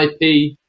IP